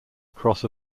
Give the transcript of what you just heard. across